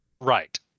Right